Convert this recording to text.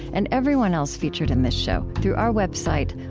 and everyone else featured in this show, through our website,